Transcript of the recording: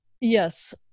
Yes